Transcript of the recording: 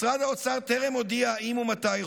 משרד האוצר טרם הודיע אם ומתי יחודשו.